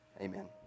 Amen